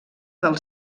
del